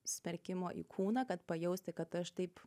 smerkimo į kūną kad pajausti kad aš taip